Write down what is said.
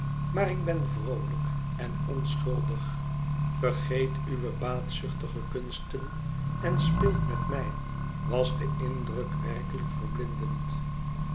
maar ik ben vroolijk en onschuldig vergeet uwe baatzuchtige kunsten en speelt met mij was de indruk werkelijk verblindend